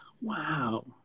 Wow